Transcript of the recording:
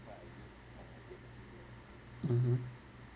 mmhmm